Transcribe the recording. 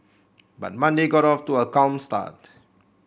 but Monday got off to a calm start